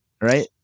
Right